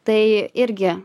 tai irgi